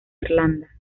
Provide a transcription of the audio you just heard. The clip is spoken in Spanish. irlanda